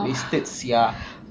wasted sia